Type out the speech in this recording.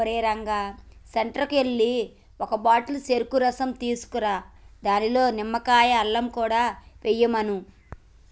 ఓరేయ్ రంగా సెంటర్కి ఎల్లి ఒక బాటిల్ సెరుకు రసం తీసుకురా దానిలో నిమ్మకాయ, అల్లం కూడా ఎయ్యమను